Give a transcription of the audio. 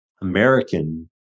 american